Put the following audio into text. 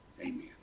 amen